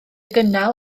gynnal